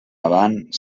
avant